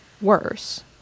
worse